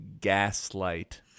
gaslight